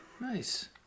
Nice